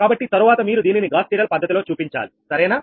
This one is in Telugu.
కాబట్టి తరువాత మీరు దీనిని గాస్ సీడెల్ పద్ధతిలో చూపించాలి సరేనా